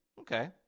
Okay